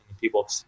people